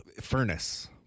furnace